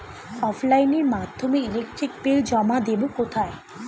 অফলাইনে এর মাধ্যমে ইলেকট্রিক বিল জমা দেবো কোথায়?